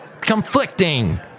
Conflicting